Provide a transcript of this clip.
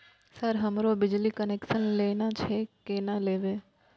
Sir हमरो बिजली connection लेना छे केना लेबे?